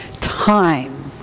time